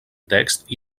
text